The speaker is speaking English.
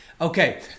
Okay